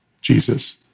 Jesus